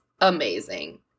amazing